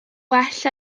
well